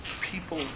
people